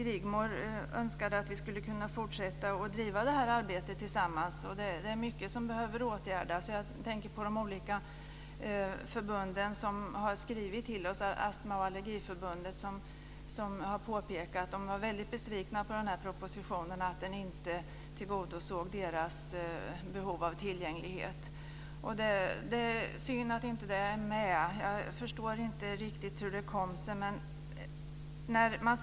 Rigmor önskade att vi skulle kunna fortsätta att driva detta arbete tillsammans. Det är mycket som behöver åtgärdas. Olika förbund har skrivit till oss. Astmaoch Allergiförbundet har påpekat att man var väldigt besviken över att den här propositionen inte tillgodosett dess krav på tillgänglighet. Det är synd att dessa inte tagits med. Jag förstår inte riktigt hur det kommer sig.